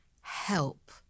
HELP